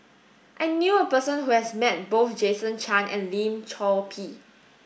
I knew a person who has met both Jason Chan and Lim Chor Pee